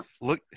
look